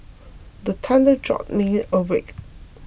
the thunder jolt me awake